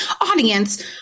audience